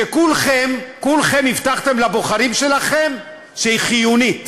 שכולכם הבטחתם לבוחרים שלכם שהיא חיונית